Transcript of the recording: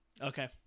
Okay